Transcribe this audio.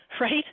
right